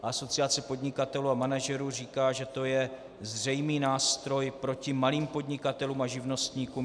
Asociace podnikatelů a manažerů říká, že to je zřejmý nástroj proti malým podnikatelům a živnostníkům.